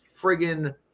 friggin